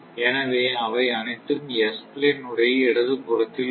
எனவே அவை அனைத்தும் S பிளேன் உடைய இடது புறத்தில் வரும்